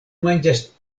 manĝas